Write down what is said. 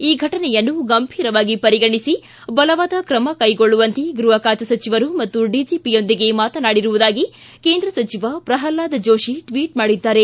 ಈ ಫಟನೆಯನ್ನು ಗಂಭೀರವಾಗಿ ಪರಿಗಣಿಸಿ ಬಲವಾದ ಕ್ರಮ ಕೈಗೊಳ್ಳುವಂತೆ ಗೃಹ ಖಾತೆ ಸಚಿವರು ಮತ್ತು ಡಿಜಿಪಿಯೊಂದಿಗೆ ಮಾತನಾಡಿರುವುದಾಗಿ ಕೇಂದ್ರ ಸಚಿವ ಪ್ರಹ್ಲಾದ್ ಜೋಶಿ ಟ್ವಿಟ್ ಮಾಡಿದ್ದಾರೆ